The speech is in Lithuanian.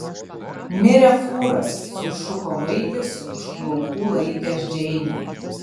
mirė fūras sušuko vaikis už plaukų laikęs džeinę